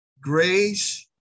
Grace